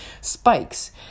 spikes